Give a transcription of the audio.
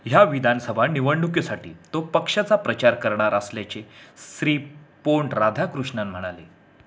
ह्या विधानसभा निवडणुकीसाठी तो पक्षाचा प्रचार करणार असल्याचे श्री पोण राधाकृष्णन म्हणाले